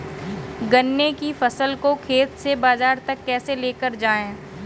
गन्ने की फसल को खेत से बाजार तक कैसे लेकर जाएँ?